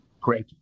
Great